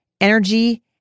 energy